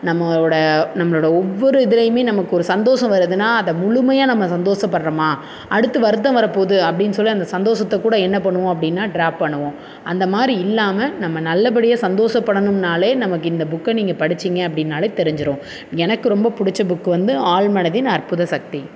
நம்மளோடய நம்மளோடய ஒவ்வொரு இதிலையுமே நமக்கு ஒரு சந்தோஷம் வருதுன்னா அதை முழுமையா நம்ம சந்தோஷப்பட்றோமா அடுத்து வருத்தம் வரப் போது அப்படின்னு சொல்லி அந்த சந்தோஷத்தக் கூட என்ன பண்ணுவோம் அப்படின்னா ட்ராப் பண்ணுவோம் அந்த மாதிரி இல்லாமல் நம்ம நல்லபடியாக சந்தோஷப்படணும்னாலே நமக்கு இந்த புக்கை நீங்கள் படித்தீங்க அப்படின்னாலே தெரிஞ்சிடும் எனக்கு ரொம்ப பிடிச்ச புக் வந்து ஆழ்மனதின் அற்புத சக்தி